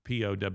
POW